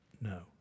No